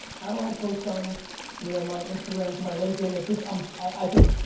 how do i post on you know my instagram to my linkedin, like this um i think